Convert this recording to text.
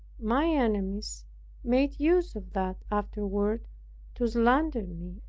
my enemies made use of that afterward to slander me,